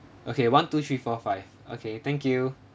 okay one two three four five okay thank you